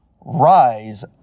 rise